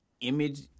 image